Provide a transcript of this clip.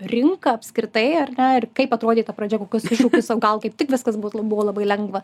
rinka apskritai ar ne ir kaip atrodė ta pradžia kokius iššūkius o gal kaip tik viskas buvo la labai lengva